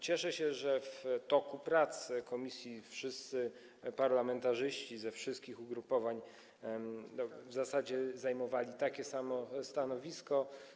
Cieszę się, że w toku prac komisji parlamentarzyści ze wszystkich ugrupowań w zasadzie zajmowali takie samo stanowisko.